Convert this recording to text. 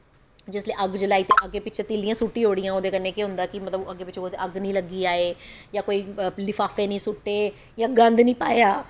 जिसलै अग्ग जलाई ते अग्गैं पिच्छें तीलीयां सुट्टी ओड़ियां ओह्दे कन्नै केह् होंदा कि अग्गैं पिच्छें कुतै अग्ग नेईं लग्गी जाए जां कोई लफाफे निं सुट्टे इ'यां गंद नि पाया